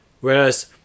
whereas